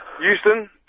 Houston